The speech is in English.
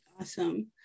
Awesome